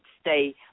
stay